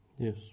Yes